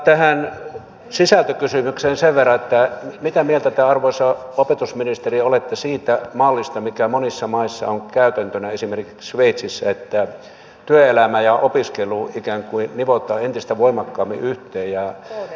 tähän sisältökysymykseen sen verran että mitä mieltä te arvoisa opetusministeri olette siitä mallista mikä monissa maissa on käytäntönä esimerkiksi sveitsissä että työelämä ja opiskelu ikään kuin nivotaan entistä voimakkaammin yhteen